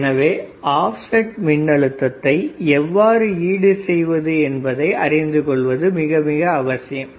எனவே ஆப்செட் மின்னழுத்தத்தை எவ்வாறு ஈடு செய்வது என்பதை அறிந்து கொள்வது மிக மிக அவசியம்